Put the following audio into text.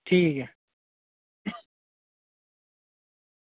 ठीक ऐ